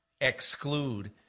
exclude